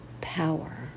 Power